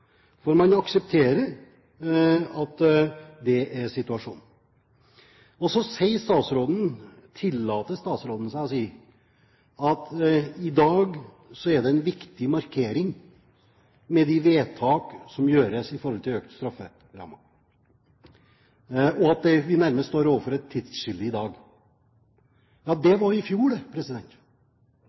for man aksepterer at det er situasjonen. Så tillater statsråden seg å si at i dag er det en viktig markering med de vedtak som gjøres om å øke strafferammene, og at vi nærmest står overfor et tidsskille i dag. Nei, det var i fjor, det,